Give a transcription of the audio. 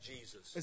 Jesus